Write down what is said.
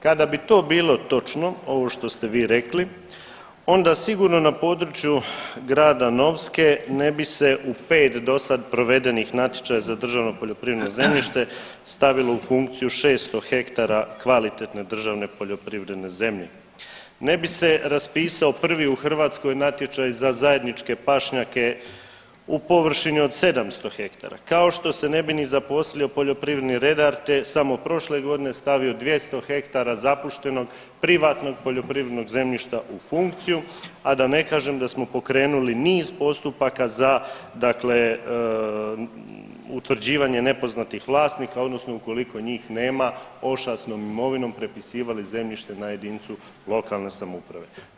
Kada bi to bilo točno ovo što ste vi rekli onda sigurno na području Grada Novske ne bi u pet do sad provedenih natječaja za državno poljoprivredno zemljište stavilo u funkciju 600 hektara kvalitetne državne poljoprivredne zemlje, ne bi se raspisao prvi u Hrvatskoj natječaj za zajedničke pašnjake u površini od 700 hektara, kao što se ne bi ni zaposlio poljoprivredni redar te je samo prošle godine stavio 200 hektara zapuštenog privatnog poljoprivrednog zemljišta u funkciju, a da ne kažem da smo pokrenuli niz postupaka za utvrđivanje nepoznatih vlasnika odnosno ukoliko njih nema ošasnom imovinom prepisivali zemljište na jedinicu lokalne samouprave.